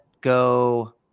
go